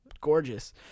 gorgeous